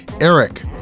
Eric